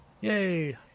Yay